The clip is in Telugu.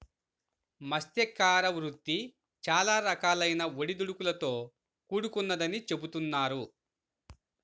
మత్స్యకార వృత్తి చాలా రకాలైన ఒడిదుడుకులతో కూడుకొన్నదని చెబుతున్నారు